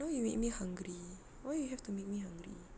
now you make me hungry why you have to make me hungry